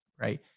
right